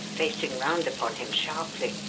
facing round upon him sharply.